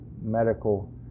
medical